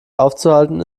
aufzuhalten